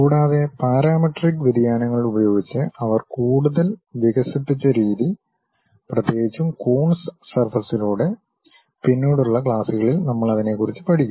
കൂടാതെ പാരാമെട്രിക് വ്യതിയാനങ്ങൾ ഉപയോഗിച്ച് അവർ കൂടുതൽ വികസിപ്പിച്ച രീതി പ്രത്യേകിച്ചും കൂൺസ് സർഫസിലൂടെ പിന്നീടുള്ള ക്ലാസുകളിൽ നമ്മൾ അതിനെ കുറിച്ച് പഠിക്കും